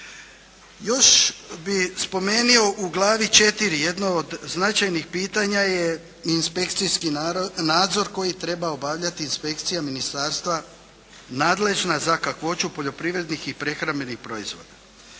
Još bih spomenuo, u glavi 4. jedno od značajnih pitanja je inspekcijski nadzor koji treba obavljati inspekcija ministarstva nadležna za kakvoću poljoprivrednih i prehrambenih proizvoda.